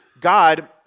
God